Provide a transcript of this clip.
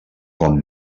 quan